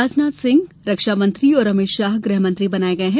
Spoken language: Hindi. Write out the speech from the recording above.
राजनाथ सिंह रक्षामंत्री और अमित शाह गृहमंत्री बनाये गये हैं